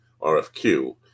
RFQ